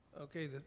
Okay